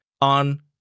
on